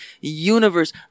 universe